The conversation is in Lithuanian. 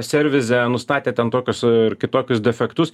servize nustatė ten tokius ir kitokius defektus